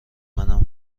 منم